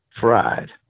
Fried